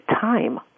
time